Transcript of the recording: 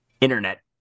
Internet